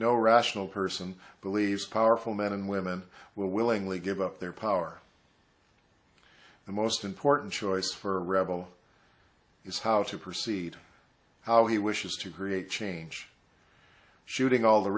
no rational person believes powerful men and women will willingly give up their power the most important choice for rebel is how to proceed how he wishes to create change shooting all the